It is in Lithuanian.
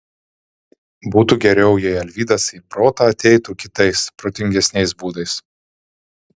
būtų geriau jei alvydas į protą ateitų kitais protingesniais būdais